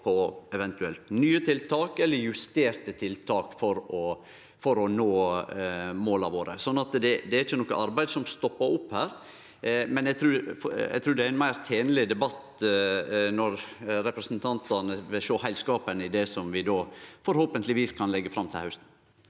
på eventuelle nye tiltak eller justerte tiltak for å for å nå måla våre. Det er ikkje noko arbeid som stoppar opp her, men eg trur det blir ein meir tenleg debatt når representantane vil sjå heilskapen i det vi forhåpentlegvis kan leggje fram til hausten.